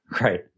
Right